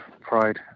pride